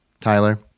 Tyler